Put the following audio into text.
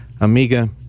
Amiga